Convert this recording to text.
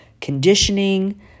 conditioning